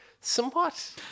somewhat